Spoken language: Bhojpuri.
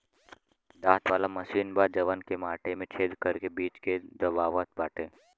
दांत वाला मशीन बा जवन की माटी में छेद करके बीज के दबावत बाटे